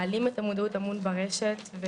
מעלים את המודעות ברשת המון,